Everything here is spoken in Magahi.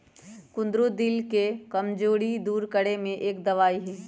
कुंदरू दिल के कमजोरी दूर करे में एक दवाई हई